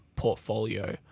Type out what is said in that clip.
portfolio